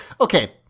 okay